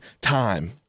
time